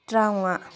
ꯇꯔꯥꯃꯉꯥ